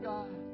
God